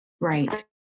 right